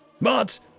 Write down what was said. But